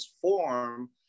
form